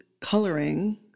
coloring